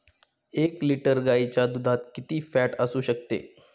एक लिटर गाईच्या दुधात किती फॅट असू शकते?